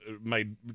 made